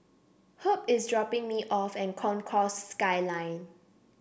Herb is dropping me off at Concourse Skyline